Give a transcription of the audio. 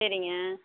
சரிங்க